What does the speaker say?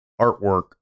artwork